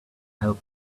help